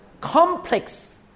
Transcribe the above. complex